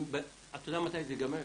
אתה יודע מתי זה יגמר?